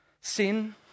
sin